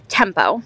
tempo